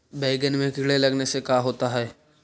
बैंगन में कीड़े लगने से का होता है?